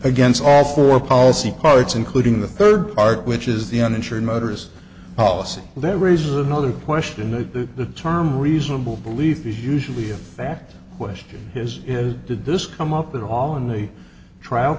against all four policy parts including the third part which is the uninsured motorists policy that raises another question that the term reasonable belief is usually a fact question is is did this come up at all in the trial